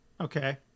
okay